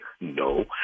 No